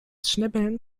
schnibbeln